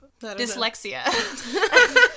dyslexia